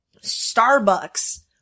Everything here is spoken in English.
Starbucks